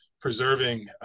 preserving